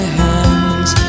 hands